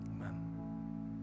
Amen